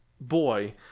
boy